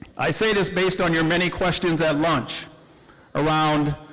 i say this based on your many questions at lunch around,